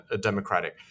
Democratic